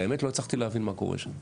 האמת, לא הצלחתי להבין מה קורה שם.